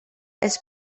els